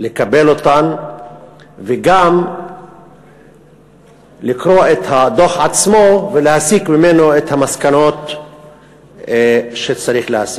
לקבל אותן וגם לקרוא את הדוח עצמו ולהסיק ממנו את המסקנות שצריך להסיק.